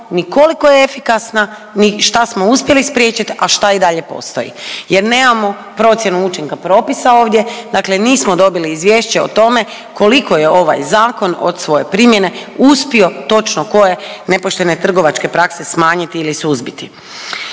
ni koliko je efikasna, ni šta smo uspjeli spriječit, a šta i dalje postoji jer nemamo procjenu učinka propisa ovdje, dakle nismo dobili izvješće o tome koliko je ovaj zakon od svoje primjene uspio točno koje nepoštene trgovačke prakse smanjiti ili suzbiti.